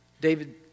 David